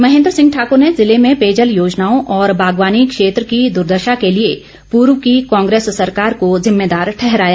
महेंद्र सिंह ठाकुर ने जिले में पेयजल योजनाओं और बागवानी क्षेत्र की दुदर्शा के लिए पूर्व की कांग्रेस सरकार को जिम्मेदार ठहराया